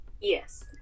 Yes